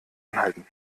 anhalten